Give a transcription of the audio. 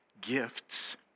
gifts